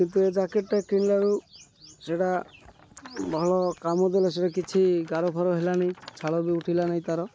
କିନ୍ତୁ ଏ ଜ୍ୟାକେଟ୍ଟା କିଣିଲାରୁ ସେଇଟା ଭଲ କାମ ଦେଲେ ସେଇଟା କିଛି ଗାର ଫର ହେଲାନି ଛାଲ ବି ଉଠିଲା ନାହିଁ ତାର